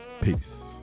Peace